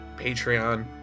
Patreon